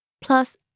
plus